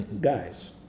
guys